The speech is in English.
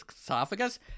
esophagus